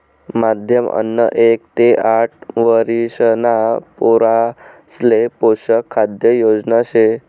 माध्यम अन्न एक ते आठ वरिषणा पोरासले पोषक खाद्य योजना शे